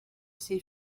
ses